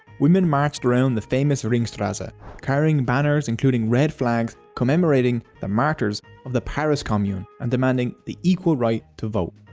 women marched around the famous ringstrasse ah carrying banners including red flags commemorating the martyrs of the paris commune and demanding the equal right to vote.